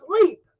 sleep